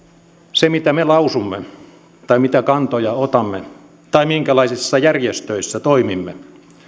se mitä me lausumme tai mitä kantoja otamme tai minkälaisissa järjestöissä toimimme